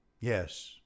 Yes